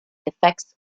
effects